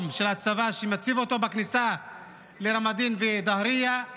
של הצבא שמוצב בכניסה לרמאדין ודאהרייה.